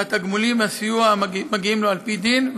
התגמולים והסיוע המגיעים לו על פי דין,